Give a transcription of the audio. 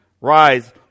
Rise